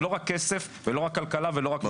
זה לא רק כסף ולא רק כלכלה ולא רק נראות.